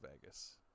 vegas